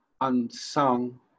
unsung